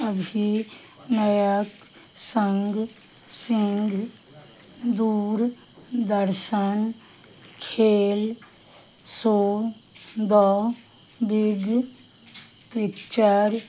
अभिनयके सङ्ग सिंह दूरदर्शन खेल show the big picture